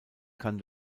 kann